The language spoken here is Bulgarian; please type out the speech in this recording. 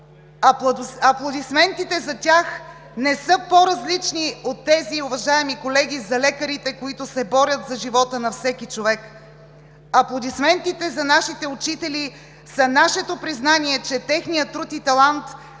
Аплодисментите за тях не са по-различни от тези, уважаеми колеги, за лекарите, които се борят за живота на всеки човек. Аплодисментите за нашите учители са нашето признание, че техният труд и талант